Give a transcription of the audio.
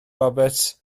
roberts